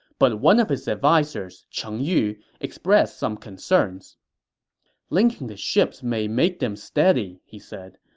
but one of his advisers, cheng yu, expressed some concerns linking the ships may make them steady, he said,